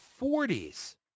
40s